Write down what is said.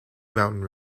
mountain